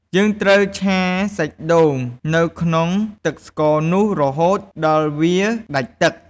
យើងត្រូវឆាសាច់ដូង នៅក្នុងទឹកស្ករនោះរហូតដល់វាដាច់ទឹក។